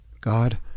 God